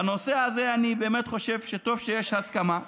בנושא הזה אני באמת חושב שטוב שיש הסכמה,